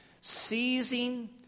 seizing